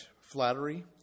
flattery